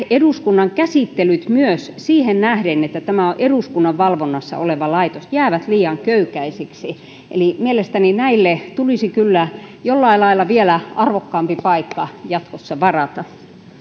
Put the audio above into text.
eduskunnan käsittelyt myös siihen nähden että tämä on eduskunnan valvonnassa oleva laitos jäävät liian köykäisiksi eli mielestäni näille tulisi kyllä jollain lailla vielä arvokkaampi paikka jatkossa varata